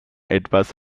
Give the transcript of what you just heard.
etwas